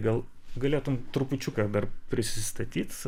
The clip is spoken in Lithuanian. gal galėtum trupučiuką dar prisistatyt